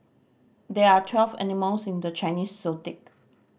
there are twelve animals in the Chinese Zodiac